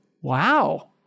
Wow